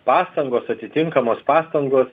pastangos atitinkamos pastangos